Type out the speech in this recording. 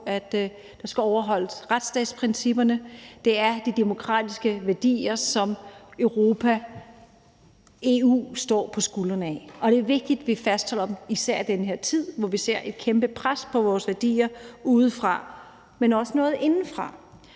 skal overholdes. Det er de demokratiske værdier, som Europa, EU står på skulderen af, og det er vigtigt, at vi fastholder dem, især i den her tid, hvor vi ser et kæmpe pres på vores værdier udefra – men også indefra.